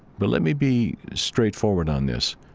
but let me be straightforward on this.